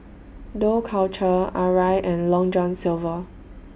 Dough Culture Arai and Long John Silver